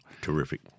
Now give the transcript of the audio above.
Terrific